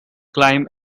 climb